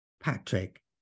Patrick